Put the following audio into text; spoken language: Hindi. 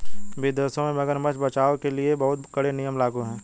विदेशों में मगरमच्छ बचाओ के लिए बहुत कड़े नियम लागू हैं